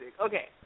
Okay